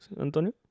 Antonio